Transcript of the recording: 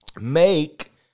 Make